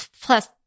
plus